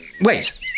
wait